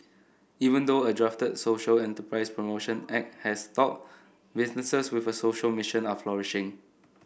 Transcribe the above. even though a drafted social enterprise promotion act has stalled businesses with a social mission are flourishing